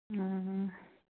ꯑꯣ ꯑꯣ